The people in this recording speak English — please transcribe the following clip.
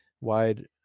wide